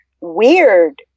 weird